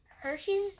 Hershey's